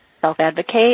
self-advocate